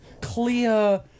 clear